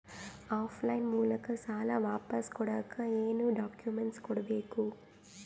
Of line ಮೂಲಕ ಸಾಲ ವಾಪಸ್ ಕೊಡಕ್ ಏನು ಡಾಕ್ಯೂಮೆಂಟ್ಸ್ ಕೊಡಬೇಕು?